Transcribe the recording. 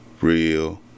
real